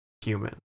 human